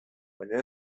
baina